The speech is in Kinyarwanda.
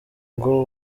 ngo